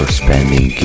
spending